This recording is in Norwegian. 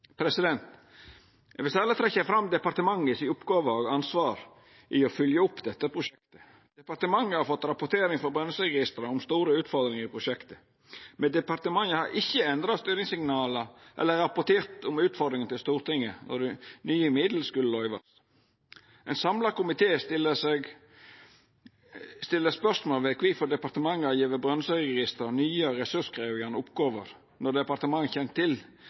Eg vil særleg trekkja fram departementet si oppgåve og ansvar for å fylgja opp dette prosjektet. Departementet har fått rapportering frå Brønnøysundregistera om store utfordringar i prosjektet, men departementet har ikkje endra styringssignala eller rapportert om utfordringane til Stortinget når nye middel skulle løyvast. Ein samla komité stiller spørsmål om kvifor departementet har gjeve Brønnøysundregistera nye og ressurskrevjande oppgåver når departementet kjente til